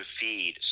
feed